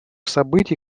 событий